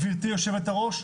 גברתי היושבת-ראש,